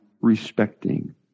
respecting